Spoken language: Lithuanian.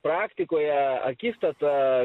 praktikoje akistata